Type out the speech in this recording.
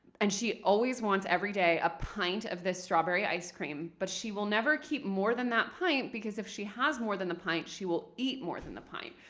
and she always wants, every day, a pint of this strawberry ice cream. but she will never keep more than that pint, because if she has more than the pint, she will eat more than the pint.